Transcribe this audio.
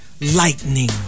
Lightning